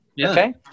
okay